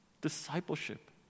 discipleship